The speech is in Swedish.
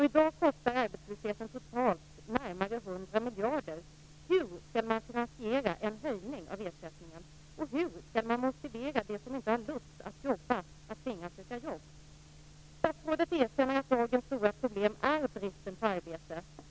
I dag kostar arbetslösheten totalt närmare 100 miljarder. Statsrådet erkänner att dagens stora problem är bristen på arbete.